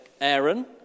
Aaron